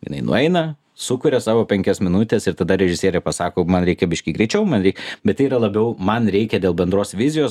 jinai nueina sukuria savo penkias minutes ir tada režisierė pasako man reikia biškį greičiau man rei bet tai yra labiau man reikia dėl bendros vizijos